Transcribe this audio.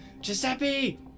Giuseppe